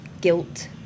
guilt